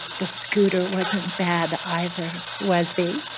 the scooter wasn't bad either, was he?